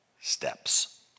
steps